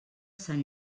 sant